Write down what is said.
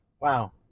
Wow